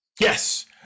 Yes